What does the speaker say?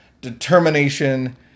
determination